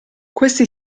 questi